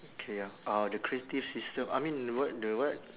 okay ya uh the creative system I mean what the what